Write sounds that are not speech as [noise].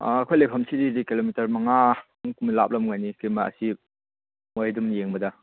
ꯑꯩꯈꯣꯏ ꯂꯩꯐꯝꯁꯤꯗꯤ ꯀꯤꯂꯣꯃꯤꯇꯔ ꯃꯉꯥꯃꯨꯛ ꯀꯨꯝꯕ ꯂꯥꯞꯂꯝꯒꯅꯤ [unintelligible] ꯑꯁꯤ ꯃꯣꯏ ꯑꯗꯨꯝ ꯌꯦꯡꯕꯗ